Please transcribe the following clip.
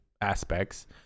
aspects